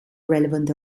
relevant